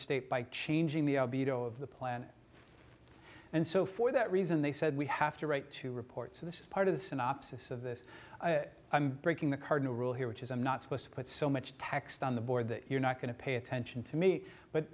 state by changing the beat of the planet and so for that reason they said we have to write two reports so this is part of the synopsis of this i'm breaking the cardinal rule here which is i'm not supposed to put so much text on the board that you're not going to pay attention to me